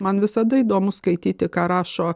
man visada įdomu skaityti ką rašo